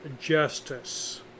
justice